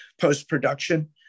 post-production